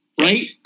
right